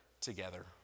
Together